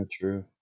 true